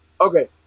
Okay